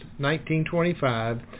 1925